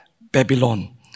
Babylon